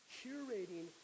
curating